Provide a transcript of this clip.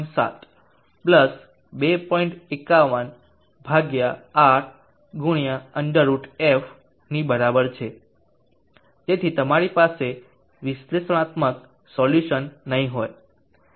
51R√f ની બરાબર છે તેથી તમારી પાસે વિશ્લેષણાત્મક સોલ્યુશન નહીં હોય